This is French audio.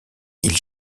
ils